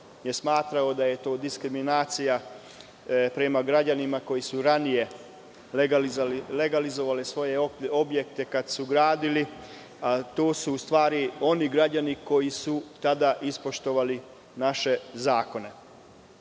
je smatrao da je to diskriminacija prema građanima koji su ranije legalizovali svoje objekte kad su gradili, tu su u stvari, oni građani koji su tada ispoštovali naše zakone. Zbog